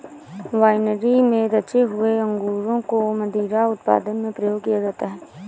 winery में रखे हुए अंगूरों को मदिरा उत्पादन में प्रयोग किया जाता है